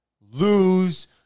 lose